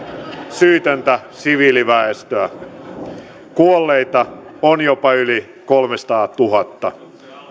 syytöntä siviiliväestöä kuolleita on jopa yli kolmesataatuhatta